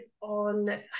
on